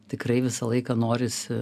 tikrai visą laiką norisi